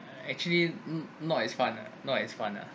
actually n~ not as fun ah not as fun ah